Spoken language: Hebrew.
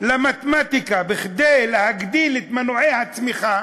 למתמטיקה כדי להגדיל את מנועי הצמיחה,